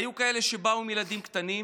היו כאלה שבאו עם ילדים קטנים